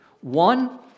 One